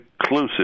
inclusive